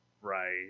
Right